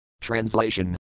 Translation